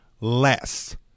less